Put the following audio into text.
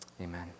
Amen